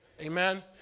Amen